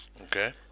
Okay